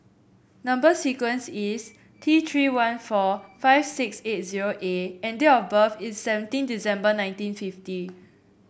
number sequence is T Three one four five six eight zero A and date of birth is seventeen December nineteen fifty